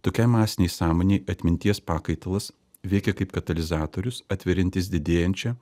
tokiai masinei sąmonei atminties pakaitalas veikia kaip katalizatorius atveriantis didėjančią